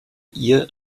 ihr